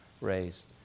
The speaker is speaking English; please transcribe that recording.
raised